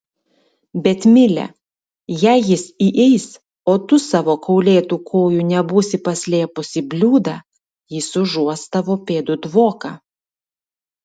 bet mile jei jis įeis o tu savo kaulėtų kojų nebūsi paslėpus į bliūdą jis užuos tavo pėdų dvoką